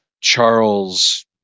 Charles